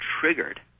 triggered